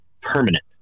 permanent